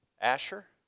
Asher